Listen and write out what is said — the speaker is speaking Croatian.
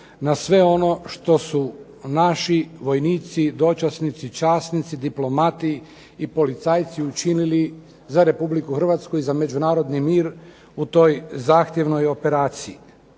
na sve ono što su naši vojnici, dočasnici, časnici, diplomati i policajci učinili za RH i za međunarodni mir u toj zahtjevnoj operaciji.